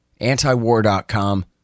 antiwar.com